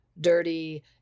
dirty